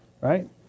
right